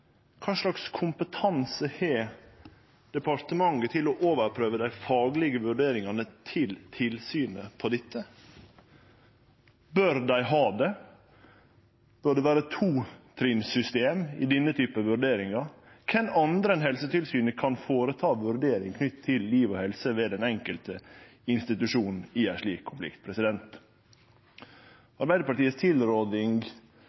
Kva slags kompetanse har departementet til å overprøve dei faglege vurderingane til Helsetilsynet på dette? Bør dei ha det? Bør det vere eit totrinnssystem i denne typen vurderingar? Kven andre enn Helsetilsynet kan gjere vurderingar knytte til liv og helse ved den enkelte institusjon i ein slik